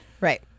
Right